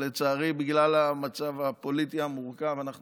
לצערי בגלל המצב הפוליטי המורכב אנחנו